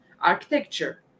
architecture